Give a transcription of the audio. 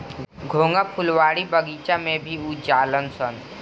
घोंघा फुलवारी बगइचा में भी हो जालनसन